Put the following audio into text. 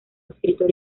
escritor